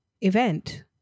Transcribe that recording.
event